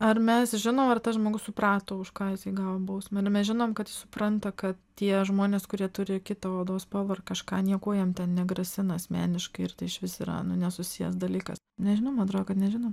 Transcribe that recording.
ar mes žinom ar tas žmogus suprato už ką jisai gavo bausmę ar mes žinom kad jis supranta kad tie žmonės kurie turi kitą odos spalvą ar kažką niekuo jiem negrasina asmeniškai ir tai išvis yra nu nesusijęs dalykas nežinau man atrodo kad nežinau